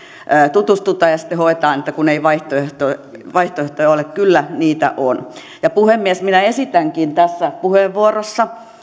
tutustuta ja sitten hoetaan että ei vaihtoehtoja vaihtoehtoja ole kyllä niitä on ja puhemies minä esitänkin tässä puheenvuorossa